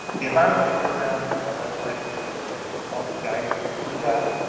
the environmental program ah website for gsa can help guide you through that,